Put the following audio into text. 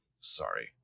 sorry